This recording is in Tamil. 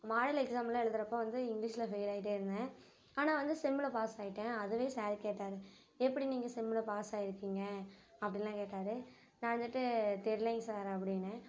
மாடல் எக்ஸாம்லாம் எழுதுகிறப்ப வந்து இங்கிலீஷ்ல ஃபெயில் ஆகிட்டே இருந்தேன் ஆனால் வந்து செம்மில் பாஸ் ஆகிட்டேன் அதுவே சார் கேட்டார் எப்படி நீங்கள் செம்மில் பாஸ் ஆயிருக்கீங்க அப்படின்லாம் கேட்டார் நான் வந்துட்டு தெரிலைங்க சார் அப்படின்னேன்